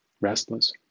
restless